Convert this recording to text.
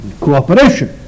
cooperation